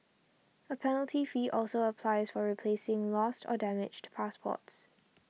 a penalty fee also applies for replacing lost or damaged passports